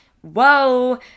whoa